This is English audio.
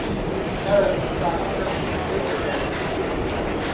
these harrowing thoughts come to him later than to the city lad.